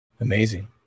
amazing